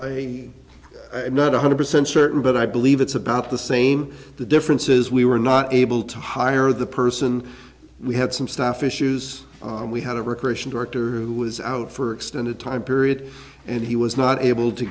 a i'm not one hundred percent certain but i believe it's about the same the difference is we were not able to hire the person we had some staff issues and we had a recreation director who was out for extended time period and he was not able to